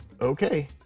Okay